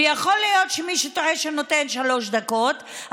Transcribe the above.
ויכול להיות שמישהו טועה כשהוא נותן שלוש דקות,